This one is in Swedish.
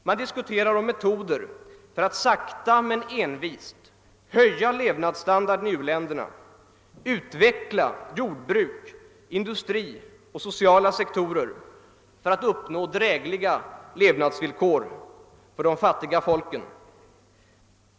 Man diskuterar om metoder för att sakta men envist höja levnadsstandarden i u-länderna, utveckla jordbruk, industri och sociala sektorer för att uppnå drägliga levnadsvillkor för de fattiga folken.